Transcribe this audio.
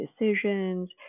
decisions